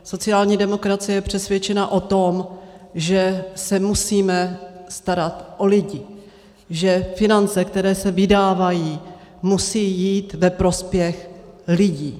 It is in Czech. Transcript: Sociální demokracie je přesvědčena o tom, že se musíme starat o lidi, že finance, které se vydávají, musí jít ve prospěch lidí.